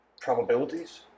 probabilities